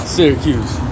Syracuse